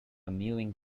mewing